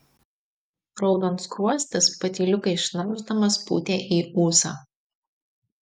raudonskruostis patyliukais šnarpšdamas pūtė į ūsą